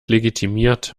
legitimiert